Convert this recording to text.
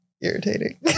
Irritating